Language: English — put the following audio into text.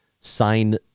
sign